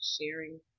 sharing